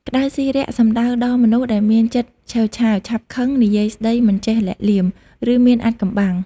ក្ដៅស៊ីរាក់ សំដៅដល់មនុស្សដែលមានចិត្តឆេវឆាវ ឆាប់ខឹង និយាយស្ដីមិនចេះលាក់លៀម ឬមានអាថ៌កំបាំង ។